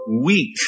weak